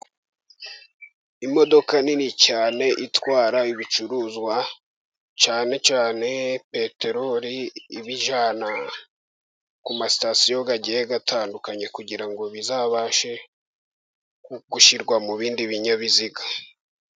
Imodoka nini cyane itwara ibicuruzwa, cyane cyane peteroli, ibijyana ku matasiyo agiye atandukanye kugira ngo bizabashe gushyirwa mu bindi binyabiziga.